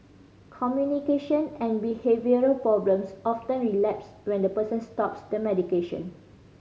communication and behavioural problems often relapse when the person stops the medication